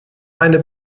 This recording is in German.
eine